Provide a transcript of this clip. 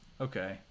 Okay